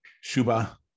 Shuba